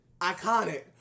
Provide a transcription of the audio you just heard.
iconic